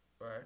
Right